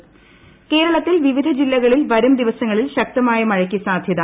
മഴ കേരളത്തിൽ വിവിധ ജില്ലകളിൽ വരും ദിവസങ്ങളിൽ ശക്തമായ മഴയ്ക്ക് സാധ്യത